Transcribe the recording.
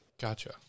Gotcha